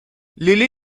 لیلی